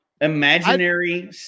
imaginary